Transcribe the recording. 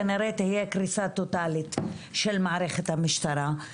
כנראה תהיה קריסה טוטאלית של מערכת המשטרה.